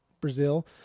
Brazil